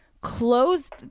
Closed